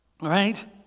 right